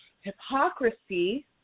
hypocrisy